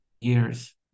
years